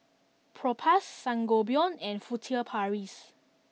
Propass Sangobion and Furtere Paris